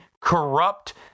corrupt